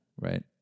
right